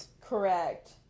Correct